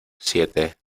siete